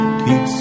keep